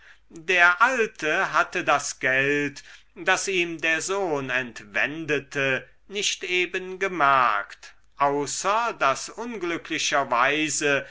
der alte hatte das geld das ihm der sohn entwendete nicht eben gemerkt außer daß unglücklicherweise